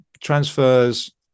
transfers